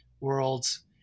worlds